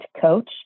Coach